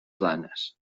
planes